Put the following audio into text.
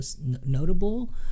notable